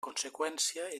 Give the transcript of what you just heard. conseqüència